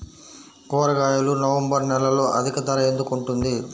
కూరగాయలు నవంబర్ నెలలో అధిక ధర ఎందుకు ఉంటుంది?